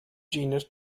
genus